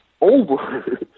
over